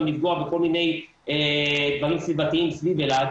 לפגוע בכל מיני דברים סביבתיים סביב אלעד.